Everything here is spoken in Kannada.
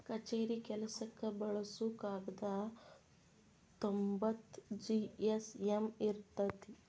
ಕಛೇರಿ ಕೆಲಸಕ್ಕ ಬಳಸು ಕಾಗದಾ ತೊಂಬತ್ತ ಜಿ.ಎಸ್.ಎಮ್ ಇರತತಿ